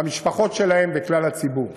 והמשפחות שלהם וכלל הציבור.